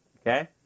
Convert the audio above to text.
Okay